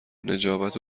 نجابت